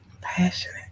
passionate